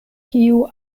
kiu